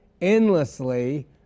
endlessly